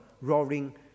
roaring